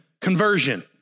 conversion